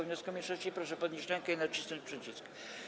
wniosku mniejszości, proszę podnieść rękę i nacisnąć przycisk.